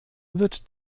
wird